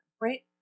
right